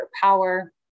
power